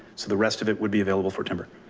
so the rest of it would be available for timber.